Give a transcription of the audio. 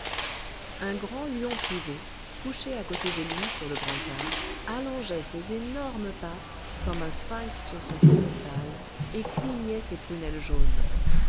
un grand lion privé couché à côté de lui sur le brancard allongeait ses énormes pattes comme un sphinx sur son piédestal et clignait ses prunelles jaunes